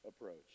approach